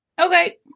Okay